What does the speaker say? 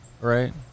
right